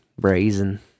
Brazen